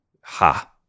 Ha